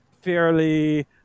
fairly